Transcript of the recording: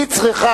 היא צריכה,